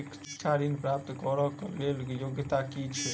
शिक्षा ऋण प्राप्त करऽ कऽ लेल योग्यता की छई?